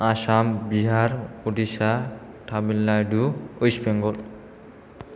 Assam Bihar Orissa Tamil Nadu west Bengal